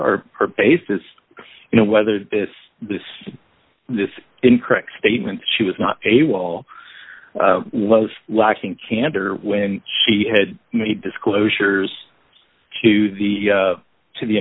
are her basis you know whether this this this incorrect statement she was not a will was lacking candor when she had made disclosures to the to the